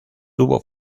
tuvo